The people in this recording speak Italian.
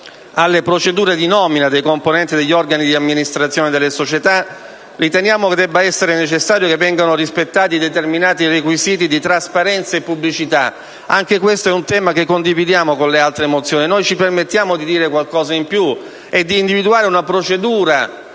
alle procedure di nomina dei componenti degli organi di amministrazione delle società, riteniamo necessario che vengano rispettati determinati requisiti di trasparenza e pubblicità; anche questo è un tema che condividiamo con le altre mozioni, ma ci permettiamo di dire qualcosa in più e di individuare una procedura,